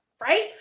Right